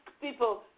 people